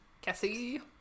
Cassie